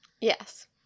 Yes